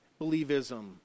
believism